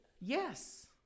Yes